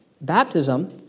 baptism